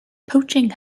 poaching